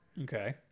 Okay